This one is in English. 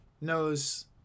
knows